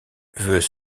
veut